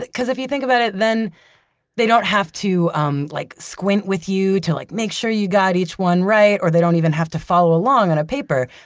because if you think about it, then they don't have to um like squint with you to like make sure you got each one right or they don't even have to follow along on a paper.